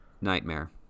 nightmare